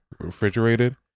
refrigerated